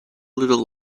little